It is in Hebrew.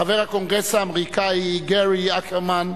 חבר הקונגרס האמריקני גארי אקרמן,